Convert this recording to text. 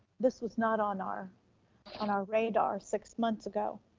this was not on our on our radar six months ago.